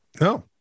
No